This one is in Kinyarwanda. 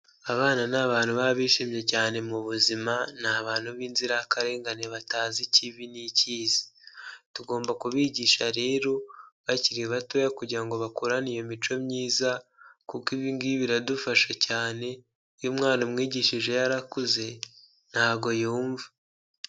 Abana ni abantu baba bishimye cyane mu buzima, ni abantu b'inzirakarengane batazi ikibi n'ikiza, tugomba kubigisha rero bakiri batoya kugira ngo bakorane iyo mico myiza kuko ibingibi biradufasha cyane, iyo umwana umwigishije yarakuze ntago yumva.